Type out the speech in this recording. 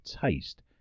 taste